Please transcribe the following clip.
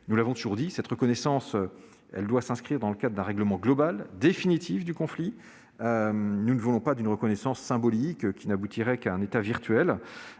Nous l'avons toujours dit : cette reconnaissance doit s'inscrire dans le cadre d'un règlement global et définitif du conflit. Nous ne voulons pas d'une reconnaissance symbolique, qui n'aboutirait qu'à un État virtuel.